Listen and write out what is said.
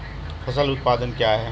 फसल उत्पादन क्या है?